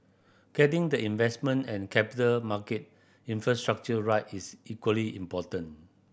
getting the investment and capital market infrastructure right is equally important